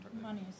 Money